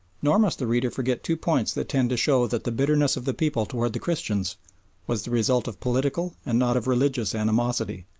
nor must the reader forget two points that tend to show that the bitterness of the people towards the christians was the result of political and not of religious animosity.